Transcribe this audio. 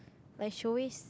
like should always